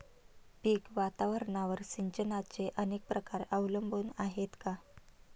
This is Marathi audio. पीक वातावरणावर सिंचनाचे अनेक प्रकार अवलंबून आहेत का?